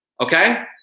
Okay